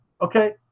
Okay